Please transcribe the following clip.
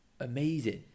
amazing